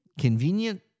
convenient